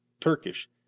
turkish